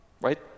right